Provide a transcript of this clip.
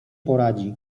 poradzi